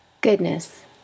goodness